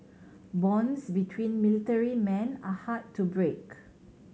bonds between military men are hard to break